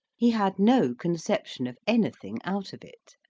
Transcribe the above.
he had no conception of anything out of it.